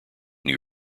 new